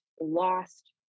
lost